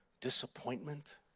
Disappointment